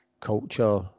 culture